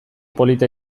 polita